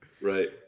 Right